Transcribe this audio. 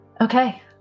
Okay